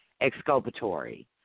exculpatory